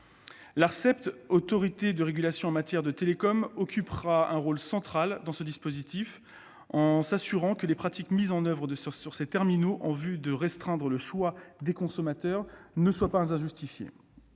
L'Arcep, autorité de régulation en matière de télécoms, occupera un rôle central dans ce dispositif, en s'assurant que les pratiques mises en oeuvre sur les terminaux en vue de restreindre le choix des consommateurs ne sont pas injustifiées.